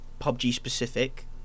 PUBG-specific